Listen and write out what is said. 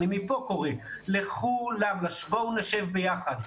ואני מפה קורא לכולם בואו נשב ביחד.